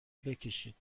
بکشید